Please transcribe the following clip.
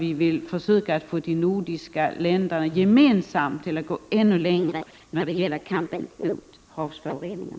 Vi vill försöka att förmå de nordiska länderna att gemensamt gå ännu längre när det gäller kampen mot havsföroreningar.